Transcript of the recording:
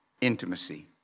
Intimacy